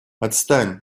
отстань